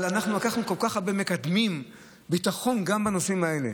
אבל אנחנו לקחנו כל כך הרבה מקדמי ביטחון גם בנושאים האלה.